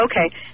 Okay